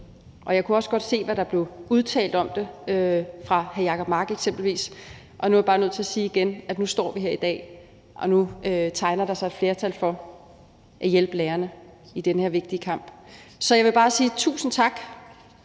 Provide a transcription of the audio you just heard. Og jeg kunne også godt se, hvad der blev udtalt om det fra f.eks. hr. Jacob Mark. Nu står vi her i dag, og nu tegner der sig et flertal for at hjælpe lærerne i den her vigtige kamp. Så jeg vil bare sige tusind tak